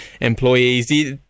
employees